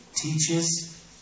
teaches